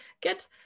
get